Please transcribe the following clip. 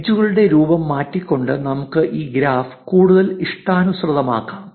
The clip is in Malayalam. എഡ്ജ്കളുടെ രൂപം മാറ്റിക്കൊണ്ട് നമുക്ക് ഈ ഗ്രാഫ് കൂടുതൽ ഇഷ്ടാനുസൃതമാക്കാം